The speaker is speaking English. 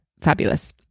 fabulous